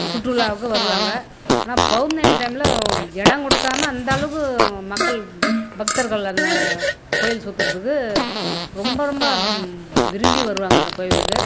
சுற்றுலாவுக்கு வருவாங்க ஆனால் பௌர்ணமி டைமில் இடம் கொடுக்காம அந்த அளவுக்கு மக்கள் பக்தர்கள் அந்த கோயில் சுற்றுறதுக்கு ரொம்ப ரொம்ப விரும்பி வருவாங்க அந்த கோயிலுக்கு